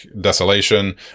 desolation